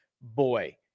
Boy